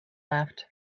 left